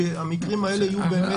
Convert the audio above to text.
וסביר.